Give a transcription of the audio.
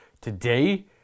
Today